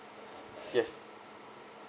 yes